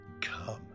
come